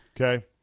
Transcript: Okay